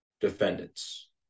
defendants